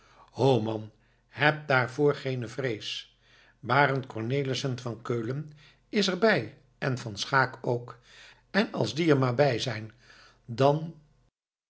man heb daarvoor geene vrees barend cornelissen van keulen is er bij en van schaeck ook en als die er maar bij zijn dan